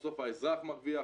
בסוף האזרח מרוויח,